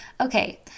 okay